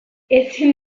ezin